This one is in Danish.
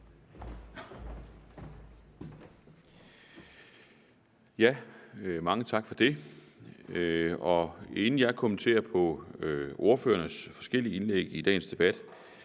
Mange tak for det. Inden jeg kommenterer ordførernes forskellige indlæg i dagens debat,